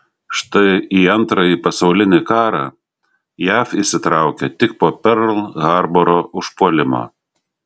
štai į antrąjį pasaulinį karą jav įsitraukė tik po perl harboro užpuolimo